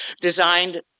designed